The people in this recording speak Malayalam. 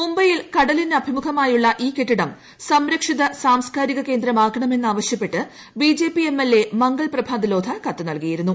മുംബൈയിൽ കടലിന് അഭിമുഖമായുളള ഈ കെട്ടിടം സംരക്ഷിത സാംസ്കാരിക കേന്ദ്രമാക്കണമെന്നാവശൃപ്പെട്ട് B J P MLA Mangal Prabhat Lodha കത്തു നൽകിയിരുന്നു